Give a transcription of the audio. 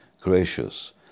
gracious